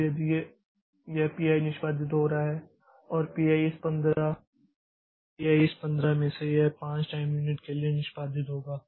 तब यदि यह P i निष्पादित हो रहा है और P i इस 15 में से यह 5 टाइम यूनिट के लिए निष्पादित होगा